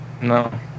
No